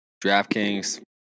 DraftKings